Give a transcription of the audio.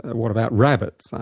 what about rabbits?